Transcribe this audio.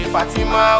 Fatima